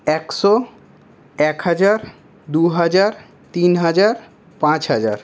একশো এক হাজার দু হাজার তিন হাজার পাঁচ হাজার